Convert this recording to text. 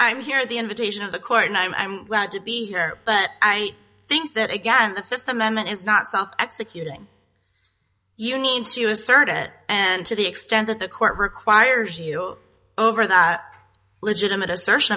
i'm here at the invitation of the court and i'm glad to be here but i think that again the fifth amendment is not so executing you need to assert it and to the extent that the court requires you over that legitimate assertion